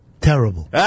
Terrible